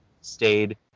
stayed